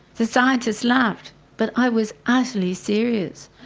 the scientists laughed but i was utterly serious.